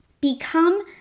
Become